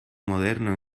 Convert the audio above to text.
moderno